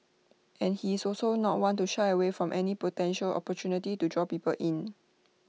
and he is also not one to shy away from any potential opportunity to draw people in